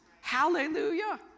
Hallelujah